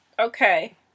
Okay